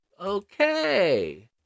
Okay